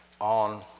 on